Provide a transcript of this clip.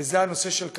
וזה הנושא של כחול-לבן.